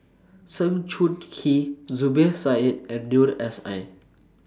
Sng Choon Yee Zubir Said and Noor S I